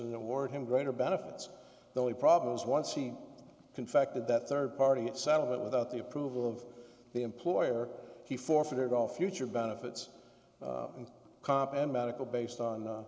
and award him greater benefits the only problem is once he confected that third party at settlement without the approval of the employer he forfeited all future benefits and cop and medical based on